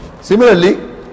Similarly